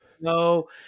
No